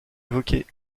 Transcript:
évoquée